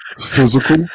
physical